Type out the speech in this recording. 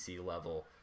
level